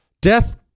Death